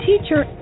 teacher